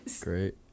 great